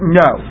no